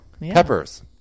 Peppers